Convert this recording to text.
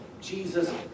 Jesus